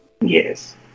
Yes